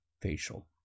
facial